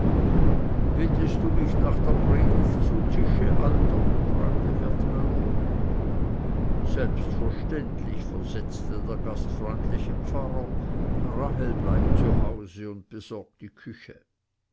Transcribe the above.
bittest du mich nach der predigt zu tische alter fragte wertmüller selbstverständlich versetzte der gastfreundliche pfarrer rahel bleibt zu hause und besorgt die küche